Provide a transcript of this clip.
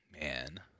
man